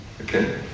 okay